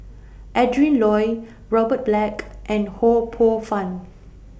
Adrin Loi Robert Black and Ho Poh Fun